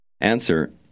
Answer